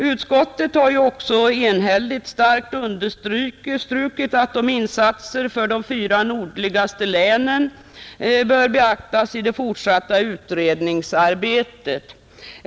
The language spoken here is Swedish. Utskottet har också enhälligt kraftigt understrukit att insatser för de fyra nordligaste länen bör beaktas i det fortsatta utredningsarbetet.